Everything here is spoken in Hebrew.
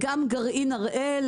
גם גרעין הראל,